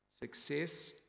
Success